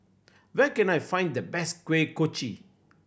where can I find the best Kuih Kochi